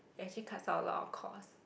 it actually cuts out a lot of cost